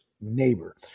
neighbor